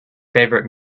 favorite